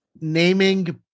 naming